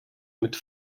mit